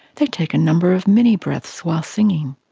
they take a number of mini-breaths while singing.